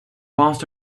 past